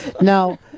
Now